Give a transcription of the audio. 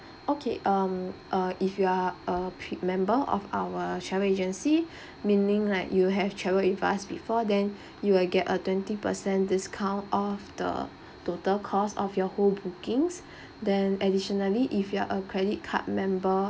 okay um uh if you are a pre~ member of our travel agency meaning like you have traveled with us before then you will get a twenty percent discount off the total cost of your whole bookings then additionally if you are a credit card member